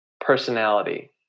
personality